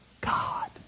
God